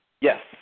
Yes